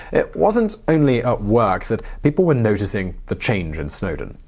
it wasn't only at work that people were noticing the change in snowden.